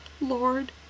Lord